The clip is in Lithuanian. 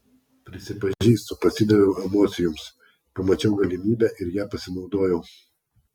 prisipažįstu pasidaviau emocijoms pamačiau galimybę ir ja pasinaudojau